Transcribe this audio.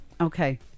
Okay